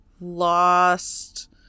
lost